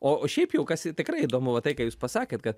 o o šiaip jau kas tikrai įdomu va tai ką jūs pasakėt kad